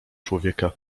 człowieka